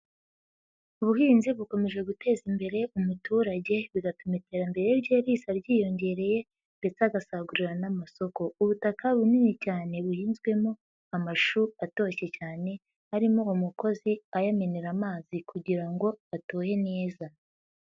Ubuhinzi bukomeje guteza imbere umuturage bigatuma iterambere rye rihise ryiyongereye ndetse agasagurira n'amasoko, ubutaka bunini cyane buhinzwemo amashu atoshye cyane, harimo umukozi ayamenera amazi kugira ngo atohe neza.